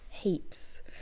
heaps